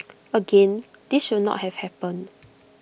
again this should not have happened